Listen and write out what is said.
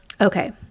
okay